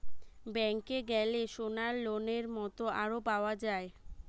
ব্যাংকে গ্যালে সোনার লোনের মত আরো পাওয়া যায়